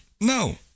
No